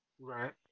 Right